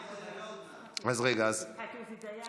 הצבענו, אז תוסיף אותנו.